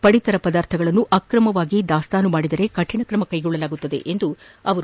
ಪಡಿತರ ಪದಾರ್ಥಗಳನ್ನು ಅಕ್ರಮವಾಗಿ ದಾಸ್ತಾನು ಮಾಡಿದರೆ ಕಠಿಣ ಕ್ರಮ ಕೈಗೊಳ್ಳಲಾಗುವುದು ಎಂದರು